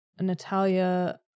Natalia